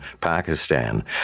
Pakistan